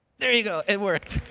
there you go. it worked.